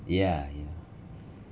yeah yeah